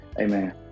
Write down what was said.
Amen